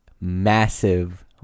massive